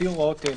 לפי הוראות אלה: